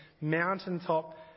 mountaintop